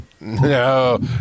No